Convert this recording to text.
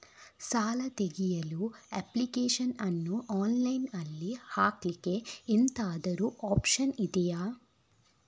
ಸಾಲ ತೆಗಿಯಲು ಅಪ್ಲಿಕೇಶನ್ ಅನ್ನು ಆನ್ಲೈನ್ ಅಲ್ಲಿ ಹಾಕ್ಲಿಕ್ಕೆ ಎಂತಾದ್ರೂ ಒಪ್ಶನ್ ಇದ್ಯಾ?